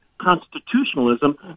constitutionalism